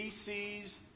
species